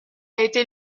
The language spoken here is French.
été